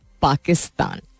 Pakistan